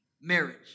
Marriage